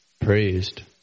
praised